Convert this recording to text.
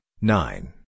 nine